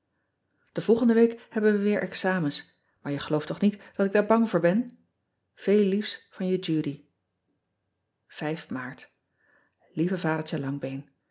e volgende week hebben we weer examens maar je gelooft toch niet dat ik daar bang voor ben eel liefs van e udy aart ieve adertje angbeen